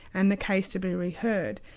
and the case to be re-heard.